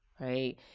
right